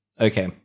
Okay